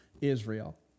Israel